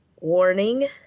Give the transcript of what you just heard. warning